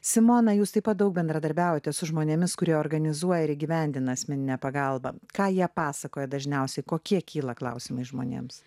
simona jūs taip pat daug bendradarbiaujate su žmonėmis kurie organizuoja ir įgyvendina asmeninę pagalbą ką jie pasakoja dažniausiai kokie kyla klausimai žmonėms